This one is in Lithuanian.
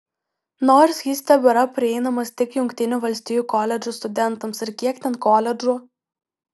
nors jis tebėra prieinamas tik jungtinių valstijų koledžų studentams ir kiek ten koledžų